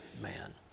man